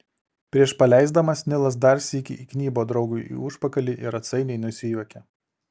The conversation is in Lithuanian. prieš paleisdamas nilas dar sykį įgnybo draugui į užpakalį ir atsainiai nusijuokė